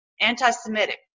anti-semitic